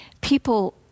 people